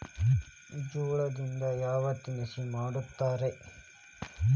ಜೋಳದಿಂದ ಯಾವ ತಿನಸು ಮಾಡತಾರ?